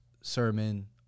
sermon